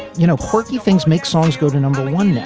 you know, quirky things make songs go to number one.